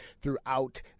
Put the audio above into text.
throughout